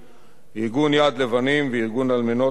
ארגון "יד לבנים" וארגון אלמנות ויתומי צה"ל.